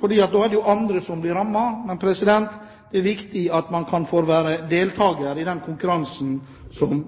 for da er det jo andre som blir rammet. Men det er viktig at man kan få være deltaker i den